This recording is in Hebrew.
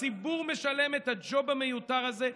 הציבור משלם את הג'וב המיותר הזה,